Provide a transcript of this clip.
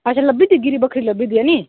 अच्छा लब्भी जंदी गिरी बक्खरे लब्भी जंदी ऐ नी